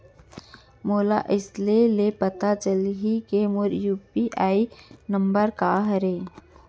मोला कइसे ले पता चलही के मोर यू.पी.आई नंबर का हरे?